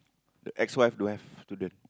the ex wife don't have student